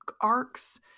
arcs